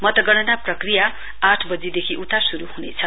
मतगणना प्रकिया आठ वजीदेखि उता शुरु हुनेछ